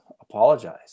apologize